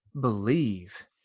believe